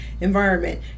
environment